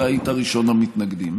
אתה היית ראשון המתנגדים.